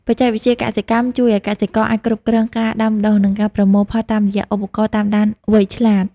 បច្ចេកវិទ្យាកសិកម្មជួយឱ្យកសិករអាចគ្រប់គ្រងការដាំដុះ និងការប្រមូលផលតាមរយៈឧបករណ៍តាមដានវៃឆ្លាត។